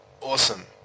awesome